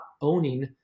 owning